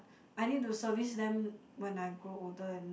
I need to service them when I grow older and